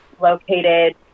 located